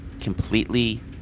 completely